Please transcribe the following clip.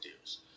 deals